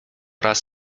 raz